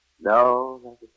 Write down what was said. No